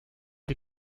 die